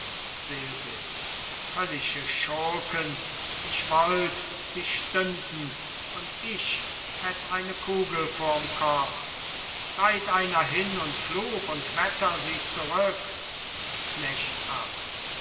selbitz höllische schurken ich wollt sie stünden und ich hätt eine kugel vorm kopf reit einer hin und fluch und wetter sie zurück